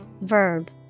verb